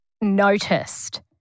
noticed